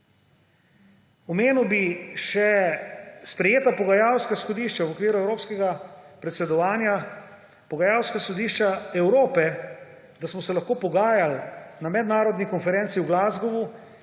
Omenil bi še sprejeta pogajalska izhodišča v okviru evropskega predsedovanja. Pogajalska izhodišča Evrope, da smo se lahko pogajali na tej mednarodni podnebni konferenci v Glasgowu